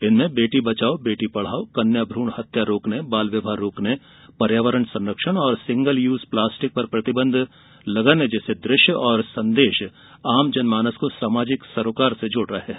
इनमें बेटी बचाओ बेटी पढाओ कन्या भ्रण हत्या रोकने बाल विवाह रोकने और पर्यावरण संरक्षण सिंगल यूज प्लास्टिक पर प्रतिबंध जैसे दृश्य और संदेश आम जन मानस को सामाजिक सरोकारों से जोड़ रहे है